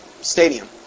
stadium